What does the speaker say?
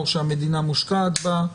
או שהמדינה מושקעת בה,